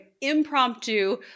impromptu